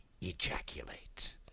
ejaculate